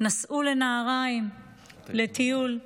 נסעו לנהריים לטיול.